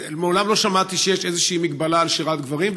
מעולם לא שמעתי שיש איזושהי הגבלה על שירת גברים,